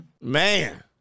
man